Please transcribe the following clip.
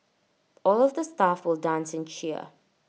all of the staff will dance and cheer